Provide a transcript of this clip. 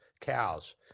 cows